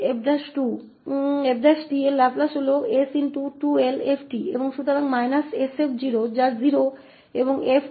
तो इस 𝑓′′𝑡 का लाप्लास s2𝐿𝑓𝑡 और −𝑠𝑓 है जो कि 0 है और 𝑓′ जो कि केवल k है